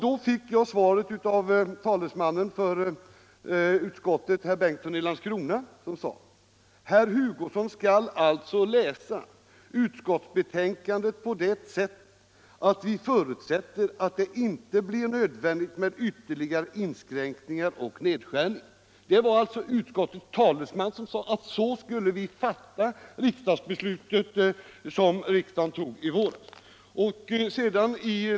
Då fick jag följande svar av utskottets talesman, herr Bengtsson i Landskrona: ”Herr Hugosson skall alltså läsa utskottsbetänkandet på det sättet att vi förutsätter att det inte blir nödvändigt med ytterligare inskränkningar och nedskärningar.” Det var alltså utskottets talesman som sade att vi skulle fatta riksdagsbeslutet i våras på det sättet.